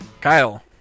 Kyle